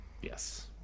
Yes